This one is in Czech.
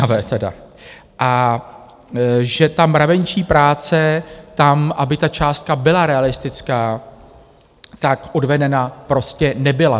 A že ta mravenčí práce tam, aby ta částka byla realistická, tak odvedena prostě nebyla.